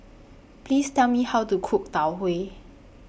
Please Tell Me How to Cook Tau Huay